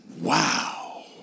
wow